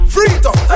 Freedom